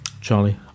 Charlie